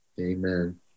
Amen